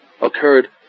occurred